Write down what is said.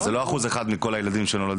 זה לא אחוז אחד מכל הילדים הנולדים.